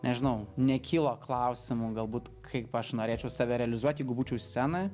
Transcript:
nežinau nekilo klausimų galbūt kaip aš norėčiau save realizuot jeigu būčiau scenoj